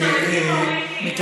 בסוף מסתובבים הורים לילדים,